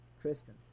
Kristen